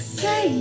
say